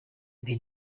ibi